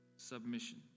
Submission